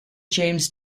james